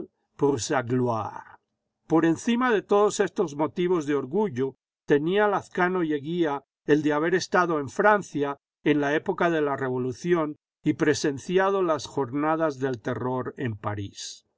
gloire por encima de todos estos motivos de orgullo tenía lazcano y eguía el de haber estado en francia en la época de la revolución y presenciado las jornadas del terror en parís